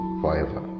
forever